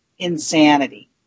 insanity